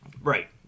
Right